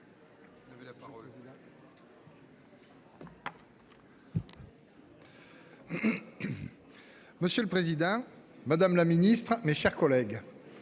Monsieur le président, madame la ministre, mes chers collègues,